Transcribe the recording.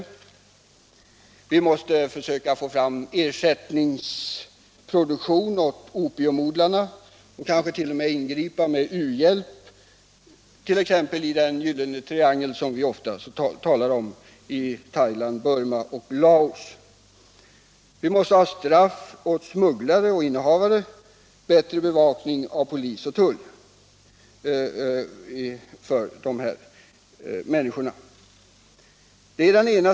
Men vi måste också försöka få fram ersättningsproduktion åt opiumodlarna, kanske t.o.m. ingripa med u-hjälp, exempelvis i den gyllene triangeln som vi så ofta talar om, alltså Thailand, Burma och Laos. Och vi måste ha stränga straff för smugglare och innehavare av narkotika liksom en bättre bevakning av dessa människor genom polis och tull.